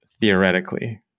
theoretically